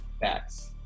Facts